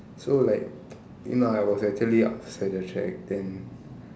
so like you know I was actually outside the track then